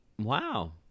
Wow